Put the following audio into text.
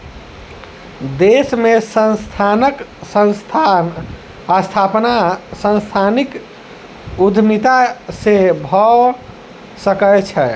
देश में संस्थानक स्थापना सांस्थानिक उद्यमिता से भअ सकै छै